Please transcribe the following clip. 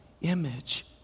image